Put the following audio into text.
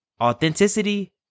authenticity